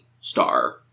star